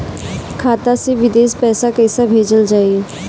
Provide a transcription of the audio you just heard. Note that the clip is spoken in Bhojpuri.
खाता से विदेश पैसा कैसे भेजल जाई?